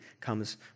comes